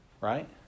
Right